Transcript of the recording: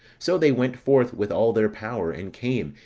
so they went forth with all their power, and came,